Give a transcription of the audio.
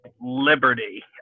Liberty